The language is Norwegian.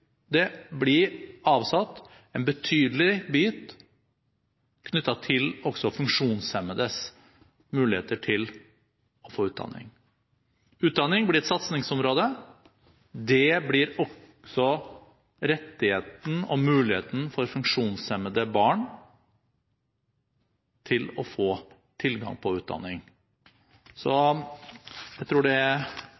det bli avsatt en betydelig bit også knyttet til funksjonshemmedes muligheter til å få utdanning. Utdanning blir et satsingsområde. Det blir også rettigheten og muligheten for funksjonshemmede barn til å få tilgang på utdanning.